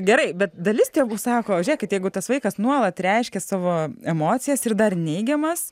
gerai bet dalis tėvų sako žiūrėkit jeigu tas vaikas nuolat reiškia savo emocijas ir dar neigiamas